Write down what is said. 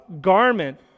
garment